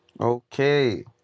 Okay